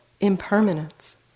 impermanence